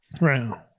Right